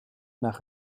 nach